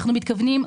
אנחנו מתכוונים,